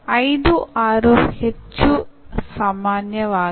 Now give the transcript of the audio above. ನಾವು ಸಾಧಿಸಲು ಪ್ರಯತ್ನಿಸುತ್ತಿರುವ ಎರಡು ಪ್ರಮುಖ ಪರಿಣಾಮಗಳು ಇವು